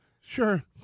Sure